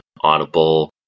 Audible